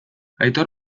aitor